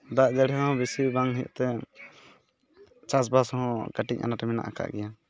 ᱫᱟᱜ ᱡᱟᱹᱲᱤ ᱦᱚᱸ ᱵᱮᱥᱤ ᱵᱟᱝ ᱦᱩᱭᱩᱜ ᱛᱮ ᱪᱟᱥᱵᱟᱥ ᱦᱚᱸ ᱠᱟᱹᱴᱤᱡ ᱟᱱᱟᱴ ᱢᱮᱱᱟᱜ ᱟᱠᱟᱫ ᱜᱮᱭᱟ